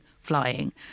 flying